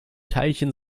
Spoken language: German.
teilchen